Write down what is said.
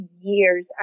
years